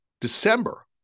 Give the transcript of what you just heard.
December